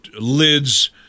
lids